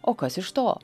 o kas iš to